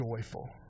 joyful